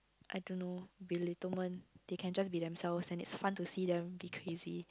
I don't know belittlement they can just be themselves and it's fun to see them be crazy